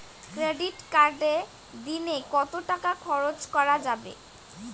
Credit কার্ডে দিনে কত টাকা খরচ করা যাবে?